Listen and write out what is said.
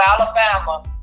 Alabama